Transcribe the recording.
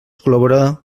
col·laborar